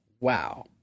Wow